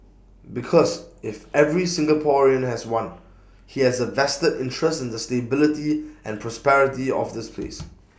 because if every Singaporean has one he has A vested interest in the stability and prosperity of this place